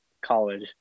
college